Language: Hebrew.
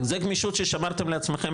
זה גמישות ששמרתם לעצמכם,